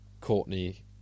Courtney